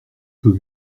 peu